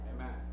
Amen